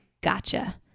gotcha